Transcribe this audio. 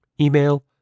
Email